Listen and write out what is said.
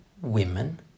women